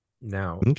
Now